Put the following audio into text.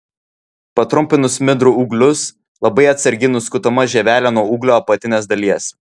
patrumpinus smidrų ūglius labai atsargiai nuskutama žievelė nuo ūglio apatinės dalies